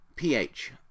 pH